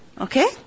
okay